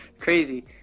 crazy